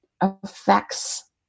affects